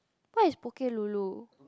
what is Poke-Lulu